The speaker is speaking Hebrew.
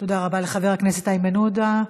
תודה רבה לחבר הכנסת איימן עודה.